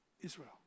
Israel